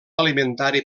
alimentari